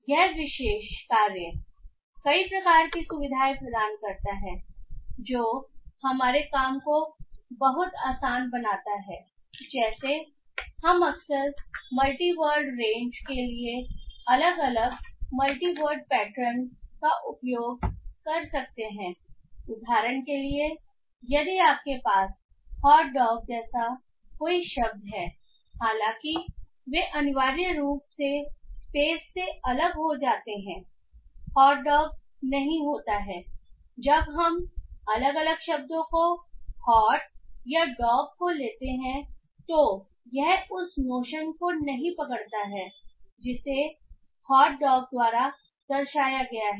यह विशेष कार्य कई प्रकार की सुविधाएं प्रदान करता है जो हमारे काम को बहुत आसान बनाता है जैसे हम अक्सर मल्टी वर्ड रेंज के लिए अलग अलग मल्टी वर्ड पैटर्न का उपयोग कर सकते हैं उदाहरण के लिए यदि आपके पास हॉट डॉग जैसा कोई शब्द है हालांकि वे अनिवार्य रूप से स्पेस से अलग हो जाते हैं हॉट डॉग नहीं होता है जब हम अलग अलग शब्दों को हॉट या डॉग को लेते हैं तो यह उस नोशन को नहीं पकड़ता है जिसे हॉट डॉग द्वारा दर्शाया गया है